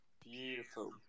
Beautiful